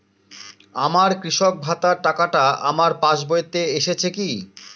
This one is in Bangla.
আমার কৃষক ভাতার টাকাটা আমার পাসবইতে এসেছে কি?